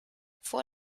vor